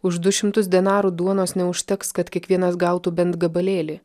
už du šimtus denarų duonos neužteks kad kiekvienas gautų bent gabalėlį